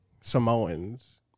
Samoans